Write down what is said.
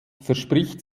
verspricht